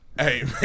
Hey